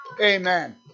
Amen